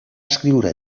escriure